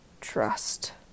trust